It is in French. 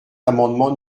l’amendement